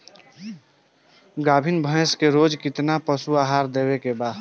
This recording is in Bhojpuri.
गाभीन भैंस के रोज कितना पशु आहार देवे के बा?